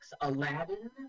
Aladdin